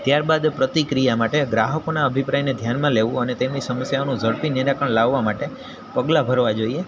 ત્યાર બાદ પ્રતિક્રિયા માટે ગ્રાહકોના અભિપ્રાયને ધ્યાનમાં લેવું અને તેમની સમસ્યાઓનું ઝડપી નિરાકરણ લાવવા માટે પગલાં ભરવા જોઈએ